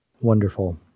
Wonderful